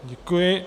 Děkuji.